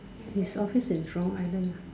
his office is Jurong island